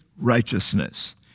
righteousness